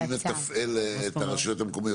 אז מי מתפעל את הרשויות המקומיות?